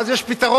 אז יש פתרון,